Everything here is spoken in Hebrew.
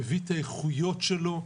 מביא את האיכויות שלו.